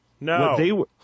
No